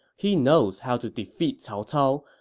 he knows how to defeat cao cao,